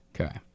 Okay